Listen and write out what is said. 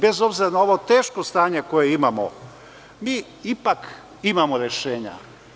Bez obzira na ovo teško stanje koje imamo, mi ipak imamo rešenja.